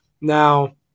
Now